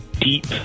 deep